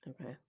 okay